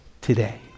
today